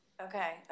Okay